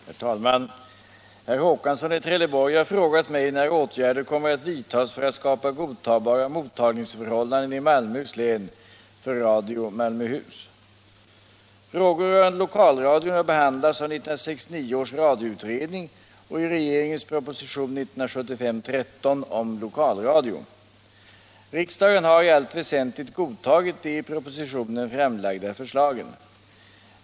Herr talman! Herr Håkansson i Trelleborg har frågat mig när åtgärder kommer att vidtas för att skapa godtagbara mottagningsförhållanden i Malmöhus län för Radio Malmöhus. Frågor rörande lokalradion har behandlats av 1969 års radioutredning och i regeringens proposition om lokalradio. Riksdagen har i allt väsentligt godtagit de i propositionen framlagda förslagen.